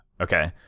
Okay